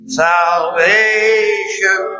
salvation